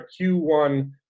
Q1